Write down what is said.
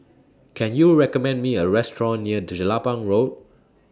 Can YOU recommend Me A Restaurant near Jelapang Road